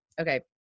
Okay